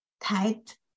tight